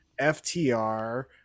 FTR